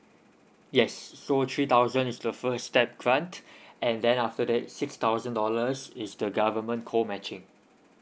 yes so three thousand is the first step grant and then after that six thousand dollars is the government co matching